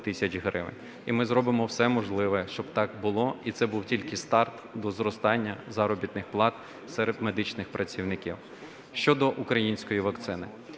І ми зробимо все можливе, щоб так було, і це був тільки старт до зростання заробітних плат серед медичних працівників. Щодо української вакцини.